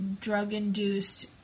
drug-induced